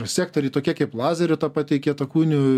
sektoriai tokie kaip lazerių ta pati kietakūnių